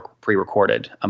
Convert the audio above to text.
pre-recorded